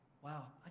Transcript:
Wow